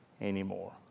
anymore